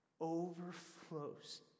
overflows